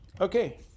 Okay